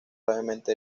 gravemente